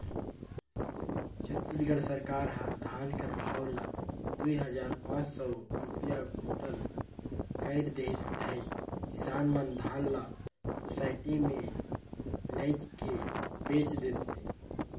छत्तीसगढ़ सरकार ह धान कर भाव ल दुई हजार पाच सव रूपिया कुटल कइर देहिस अहे किसान मन धान ल सुसइटी मे लेइजके बेच देथे